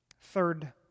Third